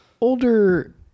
Older